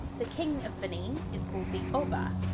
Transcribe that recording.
the king of benin is called the oba,